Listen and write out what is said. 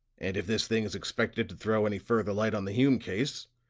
and if this thing is expected to throw any further light on the hume case,